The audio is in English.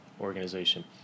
organization